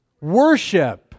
Worship